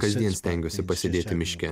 kasdien stengiuosi pasėdėti miške